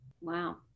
Wow